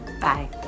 Bye